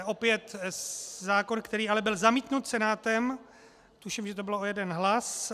Opět zákon, který ale byl zamítnut Senátem, tuším, že to bylo o jeden hlas.